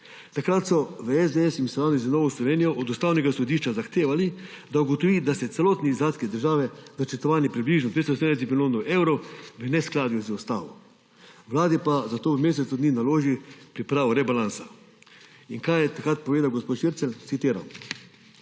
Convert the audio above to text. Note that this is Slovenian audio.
Takrat so v SDS v sodelovanju z Novo Slovenijo od Ustavnega sodišča zahtevali, da ugotovi, da so celotni izdatki države, načrtovani približno 270 milijonov evrov, v neskladju z ustavo, Vladi pa zato v mesecu dni naloži pripravo rebalansa. Kaj je takrat povedal gospod Šircelj? Citiram: